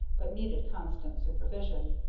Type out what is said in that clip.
but needed constant supervision.